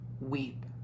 Weep